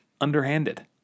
underhanded